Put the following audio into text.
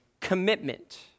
commitment